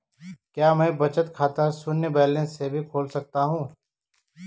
क्या मैं बचत खाता शून्य बैलेंस से भी खोल सकता हूँ?